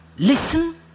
Listen